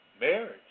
Marriage